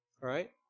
right